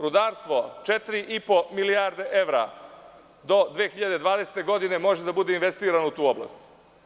Rudarstvo, 4,5 milijarde evra do 2020. godine može da bude investirano u tu oblast.